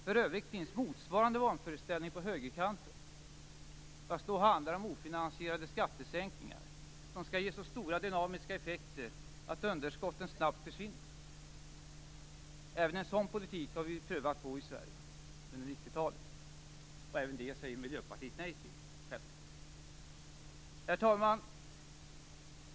För övrigt finns motsvarande vanföreställning på högerkanten, men då handlar det om ofinansierade skattesänkningar som skall ge så stora dynamiska effekter att underskotten snabbt försvinner. Även en sådan politik har ju vi i Sverige prövat på under 90 talet. Också den politiken säger vi i Miljöpartiet självklart nej till. Herr talman!